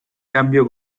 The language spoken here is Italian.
cambio